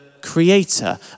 creator